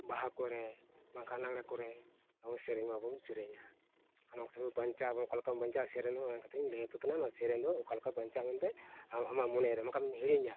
ᱵᱟᱦᱟ ᱠᱚᱨᱮ ᱵᱟᱝᱠᱷᱟᱱ ᱞᱟᱜᱽᱲᱮ ᱠᱚᱨᱮ ᱟᱵᱚ ᱥᱮᱨᱮᱧ ᱢᱟᱵᱚᱱ ᱥᱮᱨᱮᱧᱟ ᱚᱱᱟ ᱠᱷᱟᱹᱛᱤᱨ ᱵᱚᱱ ᱵᱟᱧᱪᱟᱣ ᱟᱵᱚᱱ ᱚᱠᱟ ᱞᱮᱠᱟ ᱵᱟᱧᱪᱟᱣᱟᱵᱚᱱ ᱥᱮᱨᱮᱧ ᱫᱚ ᱚᱱᱟᱹ ᱠᱷᱟᱹᱛᱤᱨ ᱤᱧ ᱞᱟᱹᱭ ᱟᱯᱮ ᱠᱟᱱᱟ ᱱᱚᱣᱟ ᱥᱮᱨᱮᱧ ᱫᱚ ᱚᱠᱟ ᱞᱮᱠᱟ ᱵᱟᱧᱪᱟᱣ ᱢᱮᱱᱛᱮᱫ ᱟᱨ ᱟᱢᱟᱜ ᱢᱚᱱᱮ ᱨᱮ ᱵᱟᱝᱠᱷᱟᱜ ᱮᱢ ᱦᱤᱲᱤᱧᱟ